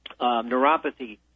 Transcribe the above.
neuropathy